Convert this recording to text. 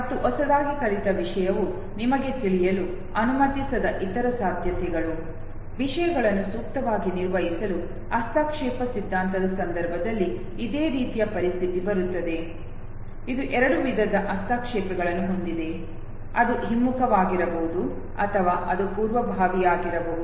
ಮತ್ತು ಹೊಸದಾಗಿ ಕಲಿತ ವಿಷಯವು ನಿಮಗೆ ತಿಳಿಯಲು ಅನುಮತಿಸದ ಇತರ ಸಾಧ್ಯತೆಗಳು ವಿಷಯಗಳನ್ನು ಸೂಕ್ತವಾಗಿ ನಿರ್ವಹಿಸಲು ಹಸ್ತಕ್ಷೇಪ ಸಿದ್ಧಾಂತದ ಸಂದರ್ಭದಲ್ಲಿ ಇದೇ ರೀತಿಯ ಪರಿಸ್ಥಿತಿ ಬರುತ್ತದೆ ಇದು ಎರಡು ವಿಧದ ಹಸ್ತಕ್ಷೇಪಗಳನ್ನು ಹೊಂದಿದೆ ಅದು ಹಿಮ್ಮುಖವಾಗಿರಬಹುದು ಅಥವಾ ಅದು ಪೂರ್ವಭಾವಿಯಾಗಿರಬಹುದು